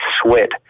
sweat